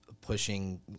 pushing